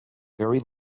very